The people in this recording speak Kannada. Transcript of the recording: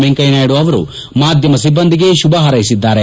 ವೆಂಕಯ್ಲನಾಯ್ವ ಅವರು ಮಾಧ್ಯಮ ಸಿಬ್ಬಂದಿಗೆ ಶುಭ ಹಾರ್ೈಸಿದ್ದಾರೆ